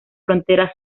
frontera